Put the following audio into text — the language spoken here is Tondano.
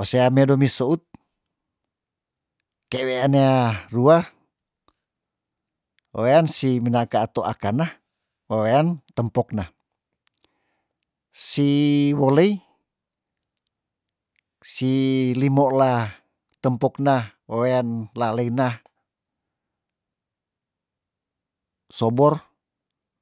osea medomi seut ke weanea rua wewean si mina kaato akana wewean tempok nah si wolei si limola tempok nah wewean laleina sobor